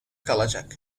kalacak